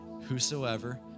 whosoever